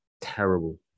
terrible